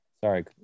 Sorry